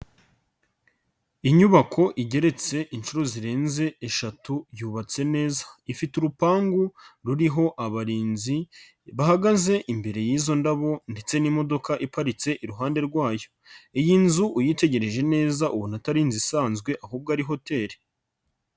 Inyubako igeretse inshuro zirenze eshatu yubatse neza. Ifite urupangu ruriho abarinzi, bahagaze imbere y'izo ndabo ndetse n'imodoka iparitse iruhande rwayo. Iyi nzu uyitegereje neza ubona atari inzu isanzwe ahubwo ari hoteli.